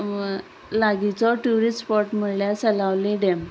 लागींचो tourist spot म्हणल्यार Salaulim dam